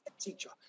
Teacher